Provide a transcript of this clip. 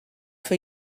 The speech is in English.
for